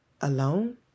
alone